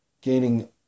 gaining